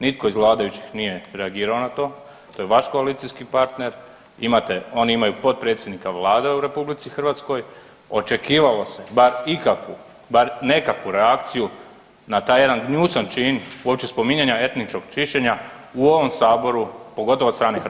Nitko iz vladajućih nije reagirao na to, to je vaš koalicijski partner, oni imaju potpredsjednika Vlade u RH očekivalo se bar ikakvu, bar nekakvu reakciju na taj jedan gnjusan čin uopće spominjanja etničkog čišćenja u ovom Saboru pogotovo od strane Hrvata.